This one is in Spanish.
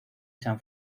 san